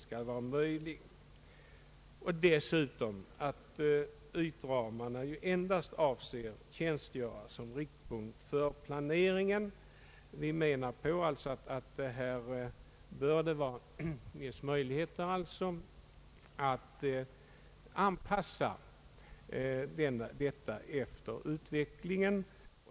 Utskottet framhåller dessutom att ytramarna endast är avsedda att tjänstgöra som riktpunkter för planeringen, Det bör alltså finnas möjligheter att anpassa detta system till utvecklingen.